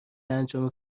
انجام